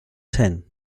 ten